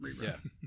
Yes